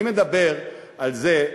אני מדבר על זה,